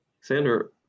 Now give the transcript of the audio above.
Sander